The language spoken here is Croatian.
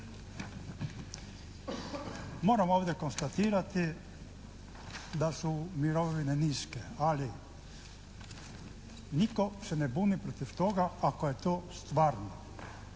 Moram ovdje konstatirati da su mirovine niske ali nitko se ne buni protiv toga ako je to stvarno.